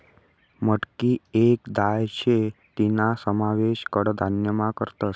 मटकी येक दाय शे तीना समावेश कडधान्यमा करतस